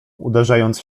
uderzając